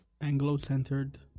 anglo-centered